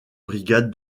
brigade